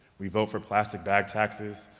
we vote for plastic bag taxes,